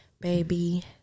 baby